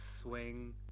swing